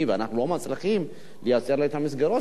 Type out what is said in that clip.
ואנחנו לא מצליחים לייצר להם את המסגרות.